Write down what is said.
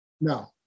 No